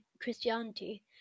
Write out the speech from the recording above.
Christianity